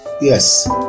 yes